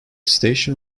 station